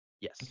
Yes